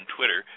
Twitter